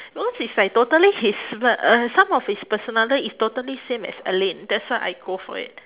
those is like totally his but uh some of his personali~ is totally same as alyn that's why I go for it